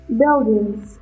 buildings